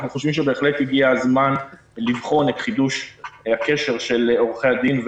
אנחנו חושבים שבהחלט הגיע הזמן לבחון את חידוש הקשר על עורכי הדין.